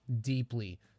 deeply